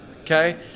Okay